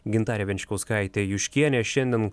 gintarė venčkauskaitė juškienė šiandien